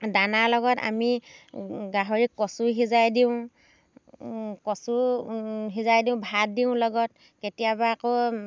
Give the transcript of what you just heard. দানা লগত আমি গাহৰিক কচু সিজাই দিওঁ কচু সিজাই দিওঁ ভাত দিওঁ লগত কেতিয়াবা আকৌ